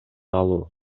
алуу